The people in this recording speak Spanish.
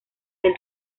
del